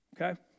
Okay